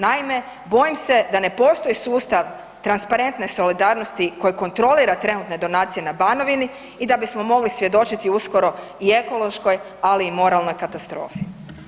Naime, bojim se da ne poštuje sustav transparentne solidarnosti koje kontrolira trenutne donacije na Banovini i da bismo mogli svjedočiti uskoro i ekološkoj ali i moralnoj katastrofi.